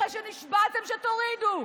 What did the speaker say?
אחרי שנשבעתם שתורידו.